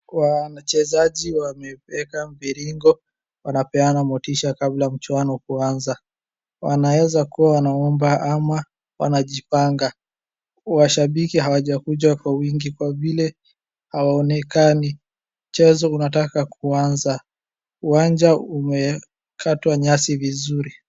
Wachezaji wameeka mviringo, wanapeana motisha kabla mchuano kuaza. Wanaeza kuwa wanaomba ama wanajipanga. Washambiki hawajakuja kwa wingi kwa vile hawaonekani. Mchezo unataka kuaza. Uwanja umekatwa nyasi vizuri.